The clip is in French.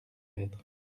être